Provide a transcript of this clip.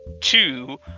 two